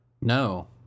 No